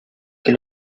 que